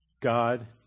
God